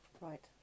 right